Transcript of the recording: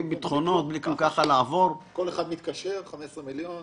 בשיחת הטלפון עם בצרי דנקנר רק רצה לעדכן את בצרי שאין לו מה לדאוג,